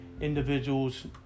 individuals